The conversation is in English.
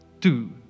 Two